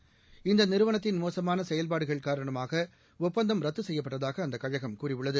ரயில் இந்த நிறுவனத்தின் மோசமான செயல்பாடுகள் காரணமாக ஒப்பந்தம் ரத்து செய்யப்பட்டதாக அந்தக் கழகம் கூறியுள்ளது